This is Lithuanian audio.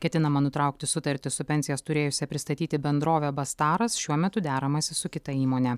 ketinama nutraukti sutartį su pensijas turėjusia pristatyti bendrove bastaras šiuo metu deramasi su kita įmone